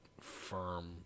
firm